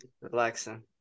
relaxing